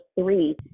three